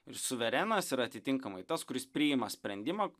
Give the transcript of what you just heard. ir suverenas ir atitinkamai tas kuris priima sprendimą